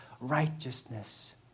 righteousness